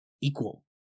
equal